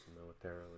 militarily